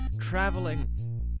traveling